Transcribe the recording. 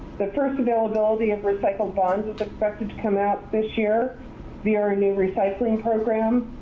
the first availability of recycled bonds is expected to come out this year via new recycling program.